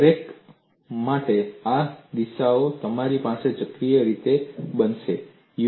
દરેક માટે આ દિશાઓ તમારી પાસે ચક્રીય રીતે આ બનશે